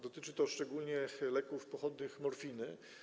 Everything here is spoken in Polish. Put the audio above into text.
Dotyczy to szczególnie leków, pochodnych morfiny.